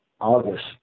August